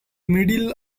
middle